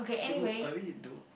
no who I mean into